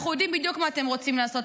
--- אנחנו יודעים בדיוק מה אתם רוצים לעשות.